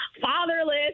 fatherless